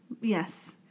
Yes